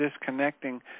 disconnecting